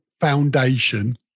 foundation